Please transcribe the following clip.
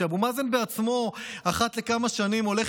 כשאבו מאזן בעצמו אחת לכמה שנים הולך